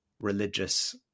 religious